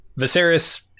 Viserys